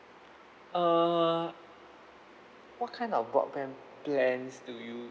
err what kind of broadband plans do you